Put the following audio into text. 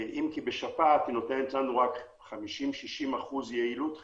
אם כי בשפעת היא נותנת לנו רק 50% 60% יעילות חיסון,